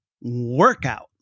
workout